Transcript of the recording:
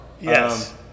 Yes